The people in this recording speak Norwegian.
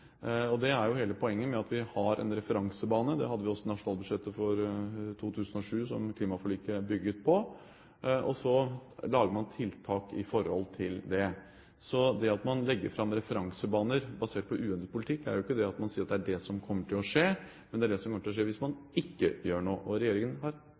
det er jo hele poenget med at vi har en referansebane. Det hadde vi også i nasjonalbudsjettet for 2007, som klimaforliket er bygget på – og så lager man tiltak i forhold til det. Så det at man legger fram referansebaner basert på uendret politikk, er jo ikke det samme som å si at det er det som kommer til å skje, men det er det som kommer til å skje hvis man ikke gjør noe – og regjeringen har